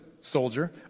soldier